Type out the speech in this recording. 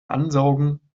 ansaugen